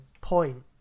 point